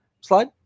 slide